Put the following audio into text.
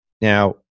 Now